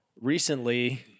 Recently